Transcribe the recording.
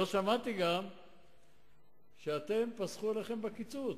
גם לא שמעתי שפסחו עליכם בקיצוץ.